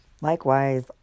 Likewise